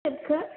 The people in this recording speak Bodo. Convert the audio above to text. फिथोबखौ